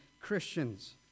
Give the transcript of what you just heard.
Christians